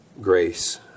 grace